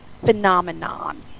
phenomenon